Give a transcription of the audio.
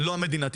לא המדינה תבנה.